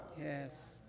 Yes